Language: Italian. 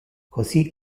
così